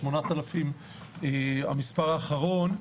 8,000 המספר האחרון,